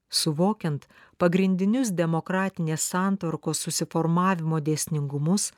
suvokiant pagrindinius demokratinės santvarkos susiformavimo dėsningumus